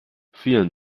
vielen